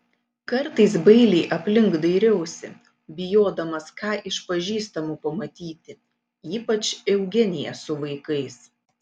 kartais bailiai aplink dairiausi bijodamas ką iš pažįstamų pamatyti ypač eugeniją su vaikais